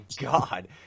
God